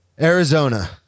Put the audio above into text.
Arizona